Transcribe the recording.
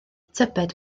tybed